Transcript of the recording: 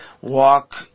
walk